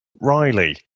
Riley